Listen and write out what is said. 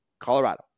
Colorado